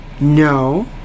No